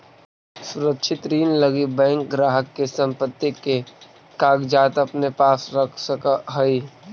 सुरक्षित ऋण लगी बैंक ग्राहक के संपत्ति के कागजात अपने पास रख सकऽ हइ